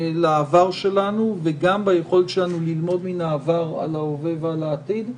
לעבר שלנו וגם ביכולת שלנו ללמוד מן העבר על ההווה ועל העתיד.